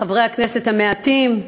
חברי הכנסת המעטים,